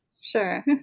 Sure